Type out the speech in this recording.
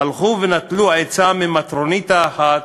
הלכו ונטלו עצה ממטרוניתא אחת,